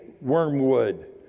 wormwood